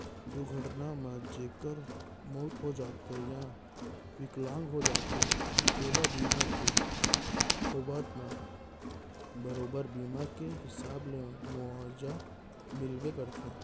दुरघटना म जेकर मउत हो जाथे या बिकलांग हो जाथें तेला बीमा के होवब म बरोबर बीमा के हिसाब ले मुवाजा मिलबे करथे